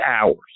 hours